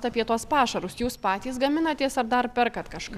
apie tuos pašarus jūs patys gaminatės ar dar perkat kažką